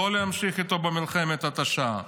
לא להמשיך איתו במלחמת התשה.